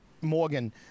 Morgan